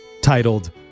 titled